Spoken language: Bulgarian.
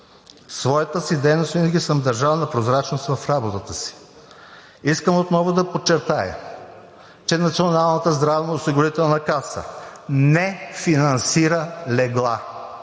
своята дейност винаги съм държал на прозрачност в работата си. Искам отново да подчертая, че Националната здравноосигурителна каса не финансира легла